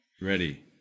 ready